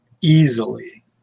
easily